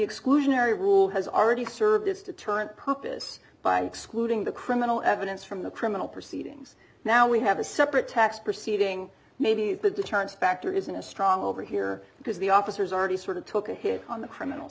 exclusionary rule has already served its deterrent purpose by excluding the criminal evidence from the criminal proceedings now we have a separate tax proceeding maybe the deterrence factor isn't a strong over here because the officers already sort of took a hit on the criminal